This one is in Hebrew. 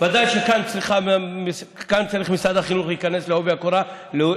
ודאי שכאן צריך משרד החינוך להיכנס בעובי הקורה,